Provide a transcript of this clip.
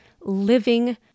living